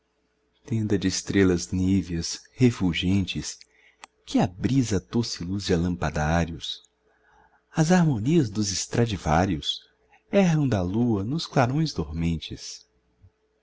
tenda de estrelas níveas refulgentes que abris a doce luz de alampadários as harmonias dos estradivarius erram da lua nos clarões dormentes